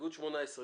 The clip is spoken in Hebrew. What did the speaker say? ירים את ידו.